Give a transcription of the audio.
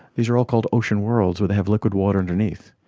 these are all called ocean worlds where they have liquid water underneath.